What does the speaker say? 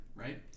Right